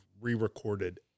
re-recorded